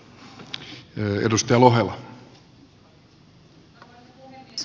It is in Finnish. arvoisa puhemies